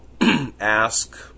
ask